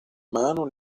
mano